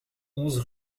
onze